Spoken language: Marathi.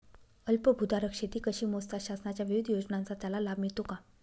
अल्पभूधारक शेती कशी मोजतात? शासनाच्या विविध योजनांचा त्याला लाभ मिळतो का?